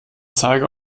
zeiger